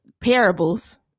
parables